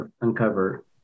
uncover